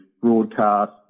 broadcast